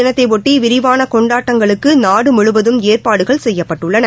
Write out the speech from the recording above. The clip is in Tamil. தினத்தையொட்டிவிரிவானகொண்டாட்டங்களுக்குநாடுமுழுவதும் குடியரசுத் ஏற்பாடுகள் செய்யப்பட்டுள்ளன